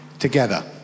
together